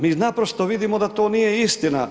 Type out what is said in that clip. Mi naprosto vidimo da to nije istina.